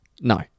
No